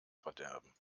verderben